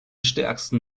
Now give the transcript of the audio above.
stärksten